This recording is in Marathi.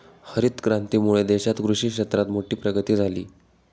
हरीत क्रांतीमुळे देशात कृषि क्षेत्रात मोठी प्रगती झाली